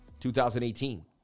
2018